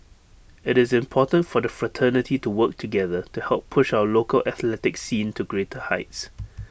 IT is important for the fraternity to work together to help push our local athletics scene to greater heights